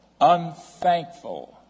unthankful